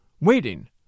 waiting